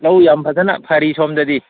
ꯂꯧ ꯌꯥꯝ ꯐꯖꯅ ꯐꯔꯤ ꯁꯣꯝꯗꯗꯤ